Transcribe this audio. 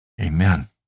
Amen